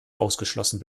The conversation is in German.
ausgeschlossen